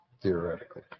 theoretically